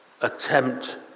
Attempt